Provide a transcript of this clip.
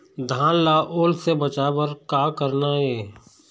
धान ला ओल से बचाए बर का करना ये?